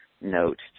note